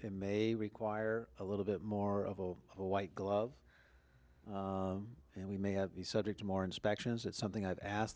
it may require a little bit more of a white glove and we may have be subject to more inspections it's something i've asked